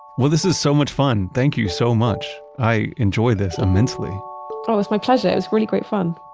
well, this is so much fun. thank you so much. i enjoyed this immensely oh, it was my pleasure. it was really great fun